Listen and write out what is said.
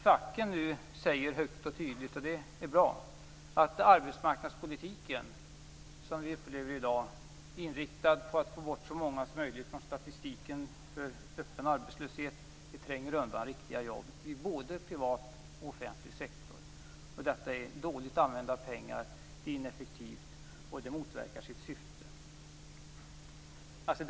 Facken säger nu högt och tydligt, vilket är bra, att den arbetsmarknadspolitik som vi i dag upplever är inriktad på att få bort så många som möjligt från statistiken över den öppna arbetslösheten. Detta tränger undan riktiga jobb i både privat och offentlig sektor. Det är dåligt använda pengar, det är ineffektivt, och det motverkar sitt syfte.